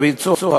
דוד צור,